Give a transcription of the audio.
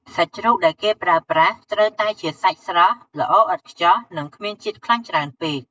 សាច់ជ្រូកដែលគេប្រើប្រាស់ត្រូវតែជាសាច់ស្រស់ ល្អឥតខ្ចោះ និងគ្មានជាតិខ្លាញ់ច្រើនពេក។